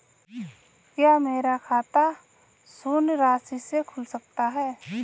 क्या मेरा खाता शून्य राशि से खुल सकता है?